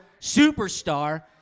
superstar